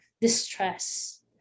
distress